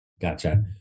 Gotcha